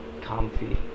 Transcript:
comfy